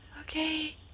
Okay